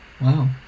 Wow